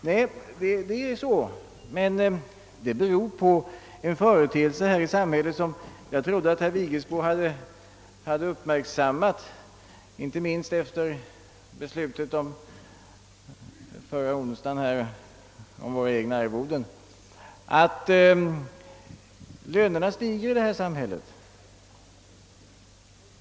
Det förhåller sig så, men det beror på en företeelse här i samhället som jag trodde att herr Vigelsbo hade uppmärksammat, inte minst efter beslutet förra onsdagen här om våra egna arvoden, nämligen att lönerna stiger i detta samhälle.